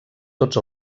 tots